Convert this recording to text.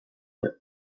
lip